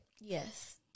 Yes